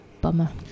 bummer